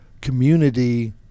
community